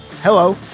hello